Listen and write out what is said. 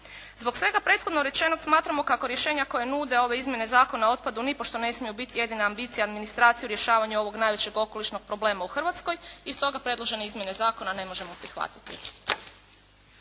Zbog svega prethodno rečenog smatramo kako rješenja koja nude ove izmjene Zakona o otpadu nipošto ne smiju biti jedina ambicija administracije u rješavanju ovog najvećeg okolišnog problema u Hrvatskoj i stoga predložene izmjene zakona ne možemo prihvatiti.